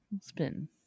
Spin